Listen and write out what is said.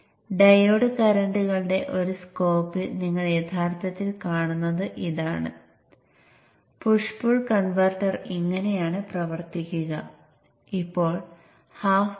അതിനാൽ full bridge converter പ്രവർത്തിക്കുന്നത് ഇങ്ങനെയാണ്